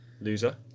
Loser